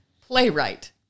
playwright